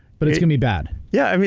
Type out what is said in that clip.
but it's gonna be bad. yeah.